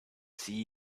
see